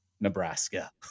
Nebraska